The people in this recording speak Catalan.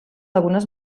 algunes